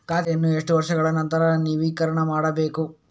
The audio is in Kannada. ಖಾತೆಯನ್ನು ಎಷ್ಟು ವರ್ಷಗಳ ನಂತರ ನವೀಕರಣ ಮಾಡಬೇಕು?